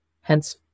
hence